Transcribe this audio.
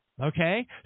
okay